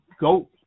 go